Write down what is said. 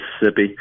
Mississippi